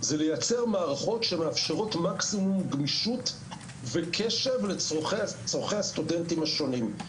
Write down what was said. זה לייצר מערכות שמאפשרות מקסימום גמישות וקשב לצורכי הסטודנטים השונים.